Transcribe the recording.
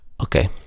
Okay